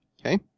Okay